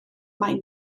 mae